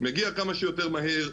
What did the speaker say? מגיע כמה שיותר מהר,